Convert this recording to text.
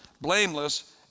blameless